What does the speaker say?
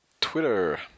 Twitter